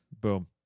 Boom